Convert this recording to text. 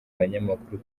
abanyamakuru